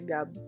Gab